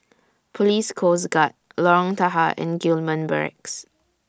Police Coast Guard Lorong Tahar and Gillman Barracks